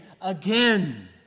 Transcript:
again